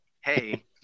hey